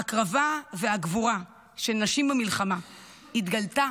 ההקרבה והגבורה של נשים במלחמה התגלתה